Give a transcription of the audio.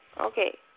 Okay